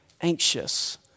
anxious